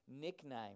nickname